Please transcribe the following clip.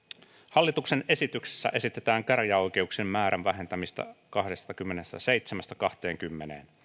hallituksen esityksessä esitetään käräjäoikeuksien määrän vähentämistä kahdestakymmenestäseitsemästä kahteenkymmeneen